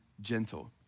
gentle